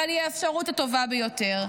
אבל היא האפשרות הטובה ביותר,